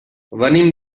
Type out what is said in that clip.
venim